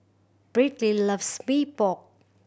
Briley loves Mee Pok